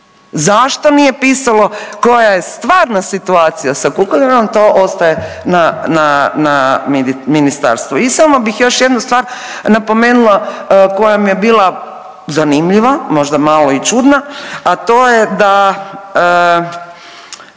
Zašto nije pisalo koja je stvarna situacija sa Kukuljanovom to ostaje na, na, na ministarstvu. I samo bih još jednu stvar napomenula koja mi je bila zanimljiva, možda malo i čudna, a to je da,